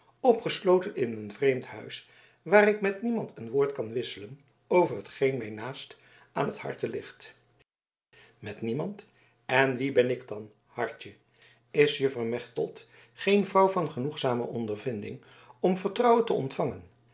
opgesloten in een vreemd huis waar ik met niemand een woord kan wisselen over hetgeen mij naast aan t harte ligt met niemand en wie ben ik dan hartje is juffer mechtelt geen vrouw van genoegzame ondervinding om vertrouwen te ontvangen